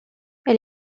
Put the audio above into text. elle